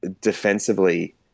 defensively